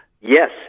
Yes